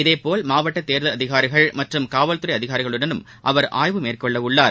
இதேபோல் மாவட்டதேர்தல் அதிகாரிகள் மற்றும் காவல்துறைஅதிகாரிகளுடனும் அவர் ஆய்வு மேற்கொள்ளஉள்ளார்